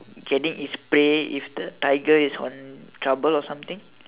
getting its prey if the tiger is on trouble or something